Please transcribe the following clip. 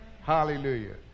Hallelujah